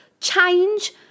Change